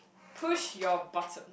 push your button